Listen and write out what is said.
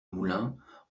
moulins